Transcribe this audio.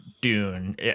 dune